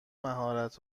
مهارت